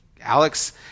Alex